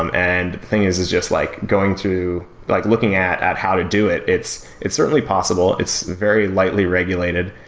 um and thing is is just like going through, like looking at at how to do it, it's it's certainly possible, it's very lightly regulated,